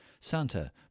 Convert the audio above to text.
Santa